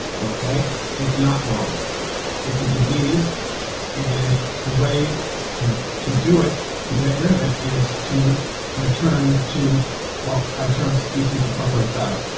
okay it's not normal it's a disease and the way to to do it to get rid of it is to return to well my term species-appropriate diet.